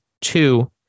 Two